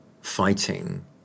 fighting